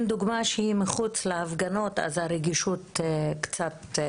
דוגמה שהיא מחוץ להפגנות אז הרגישות קצת תרד.